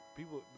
People